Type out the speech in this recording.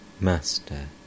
Master